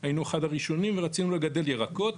אבל אנחנו היינו אחת הגינות הראשונות ורצינו לגדל ירקות,